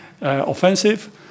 offensive